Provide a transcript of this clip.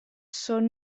són